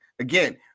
again